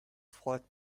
freut